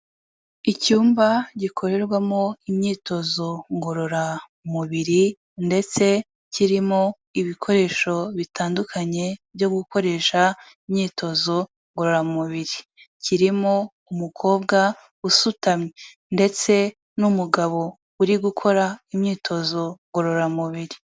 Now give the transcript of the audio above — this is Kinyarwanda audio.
Icyumba gikorerwamo imyitozo ngororamubiri ndetse kirimo ibikoresho bitandukanye byo gukoresha imyitozo ngororamubiri. Kirimo umukobwa usutamye. Ndetse n'umugabo uri gukora imyitozo ngororamubiri.